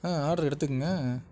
ஆ order எடுத்துக்கோங்க